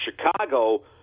Chicago